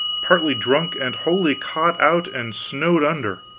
partly drunk, and wholly caught out and snowed under.